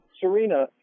Serena